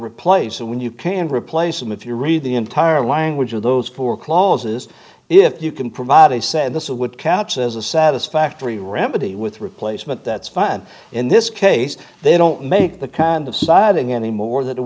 replace and when you can replace them if you read the entire language of those poor clauses if you can provide a say this would counts as a satisfactory remedy with replacement that's fine in this case they don't make the kind of signing anymore that it